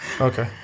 Okay